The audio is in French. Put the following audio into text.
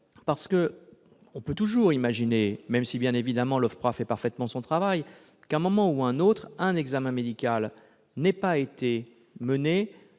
importante. Il est toujours envisageable, même si, bien évidemment, l'OFPRA fait parfaitement son travail, qu'à un moment ou à un autre un examen médical n'ait pas été mené